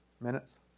Minutes